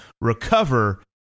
recover